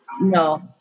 No